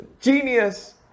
genius